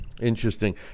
Interesting